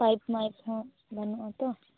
pipe ᱢᱟᱭᱤᱯ ᱦᱚᱸ ᱵᱟᱱᱩᱜᱼᱟ ᱛᱚ